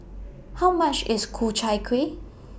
How much IS Ku Chai Kueh